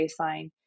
baseline